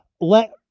Let